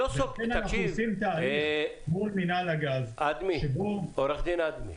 לפעמים אנחנו עושים תהליך מול מינהל הגז -- עורך דין אדמי,